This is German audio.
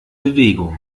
bewegung